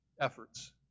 efforts